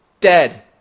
Dead